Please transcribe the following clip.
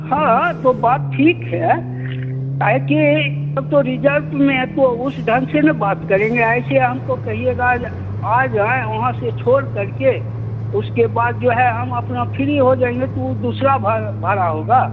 हाँ तो बात ठीक है काहे कि अब तो रिज़र्व में है तो उस ढंग से ना बात करेंगे ऐसे हमको कहिएगा आ जाएँ है वहाँ से छोड़कर के उसके बाद जो है हम अपना फ्री हो जाएँगे तो वह दूसरा भाड़ा होगा